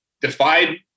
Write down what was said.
defied